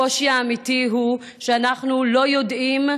הקושי האמיתי הוא שאנחנו לא יודעים,